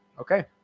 Okay